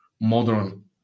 modern